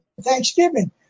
Thanksgiving